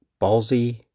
ballsy